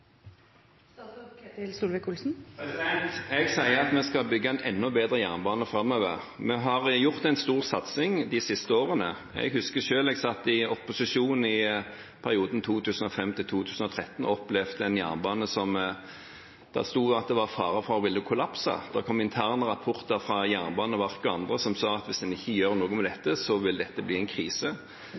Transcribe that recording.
Jeg sier at vi skal bygge en enda bedre jernbane framover. Vi har gjort en stor satsing de siste årene. Jeg husker selv at da jeg satt i opposisjon i perioden 2005–2013, opplevde vi en jernbane som det var fare for ville kollapse. Det kom interne rapporter fra Jernbaneverket og andre som sa at hvis man ikke gjorde noe med dette, ville dette bli en krise.